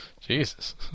Jesus